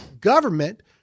Government